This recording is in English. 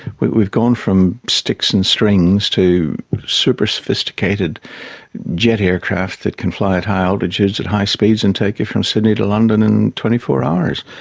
we've gone from sticks and strings to super-sophisticated jet aircraft that can fly at high altitudes, at high speeds, and take you from sydney to london in twenty four hours.